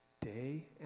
Day